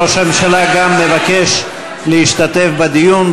ראש הממשלה גם הוא מבקש להשתתף בדיון.